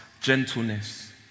gentleness